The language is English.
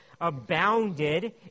abounded